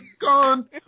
gone